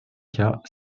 cas